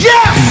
Yes